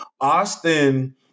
Austin